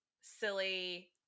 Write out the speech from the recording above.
silly